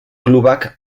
klubak